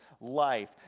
life